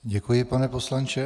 Děkuji, pane poslanče.